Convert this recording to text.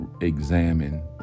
examine